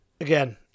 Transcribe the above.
Again